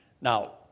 Now